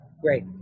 Great